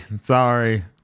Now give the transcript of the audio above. sorry